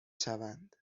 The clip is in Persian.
شوند